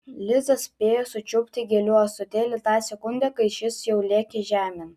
liza spėjo sučiupti gėlių ąsotėlį tą sekundę kai šis jau lėkė žemėn